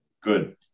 Good